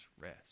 rest